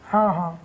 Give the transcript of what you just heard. ହଁ ହଁ